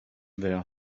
their